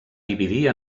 dividir